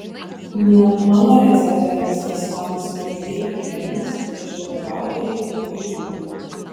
na mano receptoriams tas skonis pernelyg cheminis tačiau ragautojai labai džiūgavo